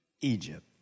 Egypt